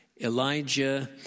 Elijah